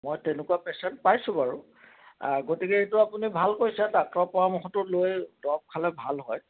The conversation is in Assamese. মই তেনেকুৱা পেচেণ্ট পাইছোঁ বাৰু গতিকে এইটো আপুনি ভাল কৈছে ডাক্তৰৰ পৰামৰ্শটো লৈ দৰব খালে ভাল হয়